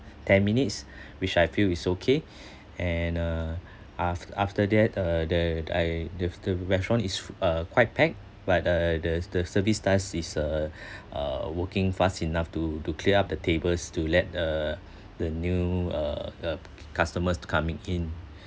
ten minutes which I feel is okay and uh af~ after that uh the I the the restaurant is fu~ uh quite packed but uh the the service task is uh uh working fast enough to to clear up the tables to let uh the new uh uh customers to coming in